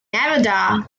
nevada